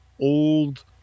old